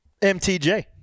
MTJ